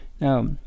now